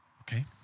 Okay